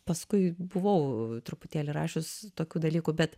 paskui buvau truputėlį rašius tokių dalykų bet